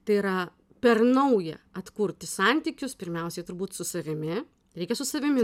tai yra per naują atkurti santykius pirmiausiai turbūt su savimi reikia su savimi